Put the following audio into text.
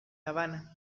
habana